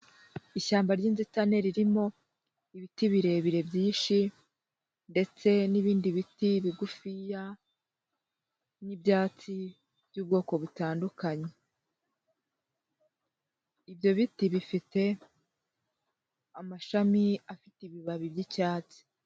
Ishyamba ry'inzitane, ririmo ibiti birebire byinshi, ndetse n'ibindi biti bigufiya, n'ibyatsi by'ubwoko butandukanye, ibyo biti bifite amashami afite ibibabi by'icyatsi.